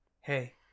Hey